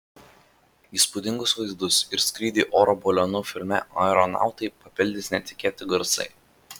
įspūdingus vaizdus ir skrydį oro balionu filme aeronautai papildys netikėti garsai